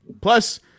Plus